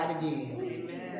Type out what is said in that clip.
again